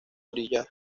orillas